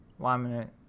laminate